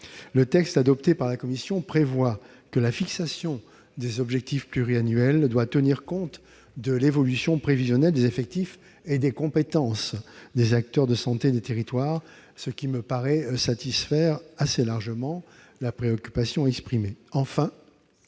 le texte adopté par la commission prévoit que la fixation des objectifs pluriannuels doit tenir compte de l'évolution prévisionnelle des effectifs et des compétences des acteurs de santé des territoires, ce qui me paraît satisfaire assez largement la préoccupation exprimée.